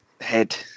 head